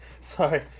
Sorry